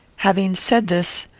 having said this,